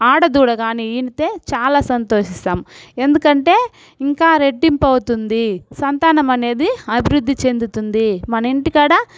ఆడ దూడకాని ఈనితే చాలా సంతోషిస్తాం ఎందుకంటే ఇంకా రెట్టింపవుతుంది సంతానమనేది అభివృద్ధి చెందుతుంది మన ఇంటికాడ